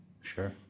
Sure